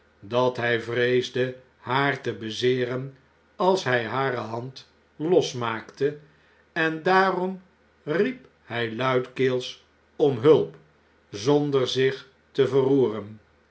dat hij vreesde haar te bezeeren als hy hare hand losmaakte en daarom riep hjj luidkeels om hulp zonder zich te verroeren